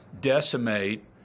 decimate